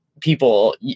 People